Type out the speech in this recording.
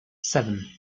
seven